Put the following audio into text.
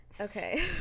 Okay